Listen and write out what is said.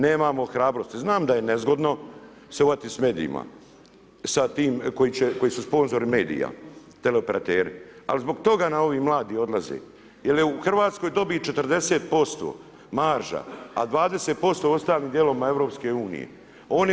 Nemamo hrabrosti, znam da je nezgodno uhvatiti se uhvatiti s medijima, sa tim koji su sponzori medija teleoperateri, ali zbog toga nam ovi mladi odlaze jel je u Hrvatskoj dobit 40%, marža, a 20% u ostalim dijelovima Europske unije.